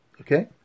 Okay